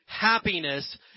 happiness